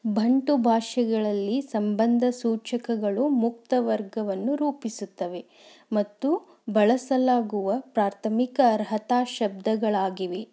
ಬಂಟು ಭಾಷೆಗಳಲ್ಲಿ ಸಂಬಂಧ ಸೂಚಕಗಳು ಮುಕ್ತ ವರ್ಗವನ್ನು ರೂಪಿಸುತ್ತವೆ ಮತ್ತು ಬಳಸಲಾಗುವ ಪ್ರಾಥಮಿಕ ಅರ್ಹತಾ ಶಬ್ದಗಳಾಗಿವೆ